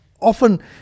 Often